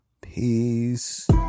Peace